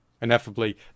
ineffably